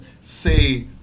say